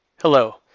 Hello